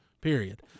Period